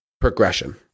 progression